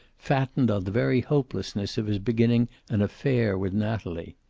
fattened on the very hopelessness of his beginning an affair with natalie.